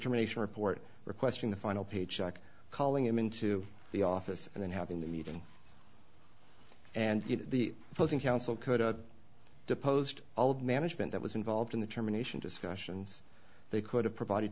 termination report requesting the final paycheck calling him into the office and then having the meeting and the opposing counsel could deposed all of management that was involved in the termination discussions they could have provided